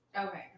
okay